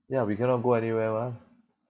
ya we cannot go anywhere mah